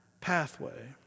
pathway